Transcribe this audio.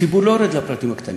הציבור לא יורד לפרטים הקטנים.